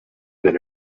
that